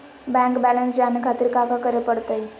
Bank balance जाने खातिर काका करे पड़तई?